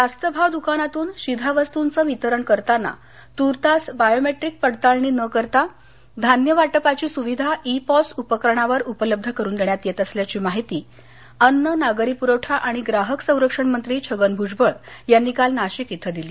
रास्तभाव दुकानातून शिधावस्तूंचं वितरण करताना तूर्तास बायोमेट्रीक पडताळणी न करता धान्य वाटपाघी सुविधा ई पॉस उपकरणावर उपलब्ध करून देण्यात येत असल्याची माहिती अन्न नागरी पुरवठा आणि ग्राहक संरक्षण मंत्री छगन भूजबळ यांनी काल नाशिक ब्रिं दिली